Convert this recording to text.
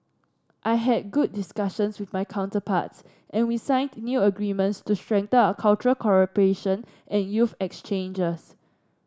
I had good discussions with my counterparts and we signed new agreements to strengthen our cultural cooperation and youth exchanges